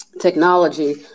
technology